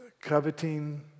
coveting